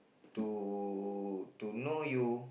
to to know you